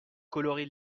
colorie